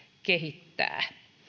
kehittää